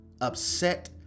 upset